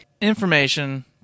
information